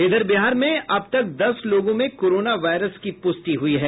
इधर बिहार में अब तक दस लोगों में कोरोना वायरस की पुष्टि हुई है